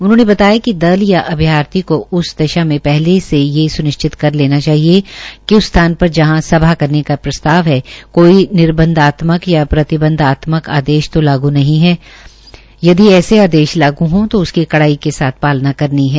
उन्होंने बताया कि दल या अभ्यार्थी को उस दशा में पहले ही यह स्निश्चित कर लेना चाहिए कि उस स्थान पर जहां सभा करने का प्रस्ताव है कोई निर्बन्धात्मक या प्रतिबंधात्मक आदेश तो लागू नहीं है यदि ऐसे आदेश लागू हों तो उसकी कडाई के साथ पालना करनी है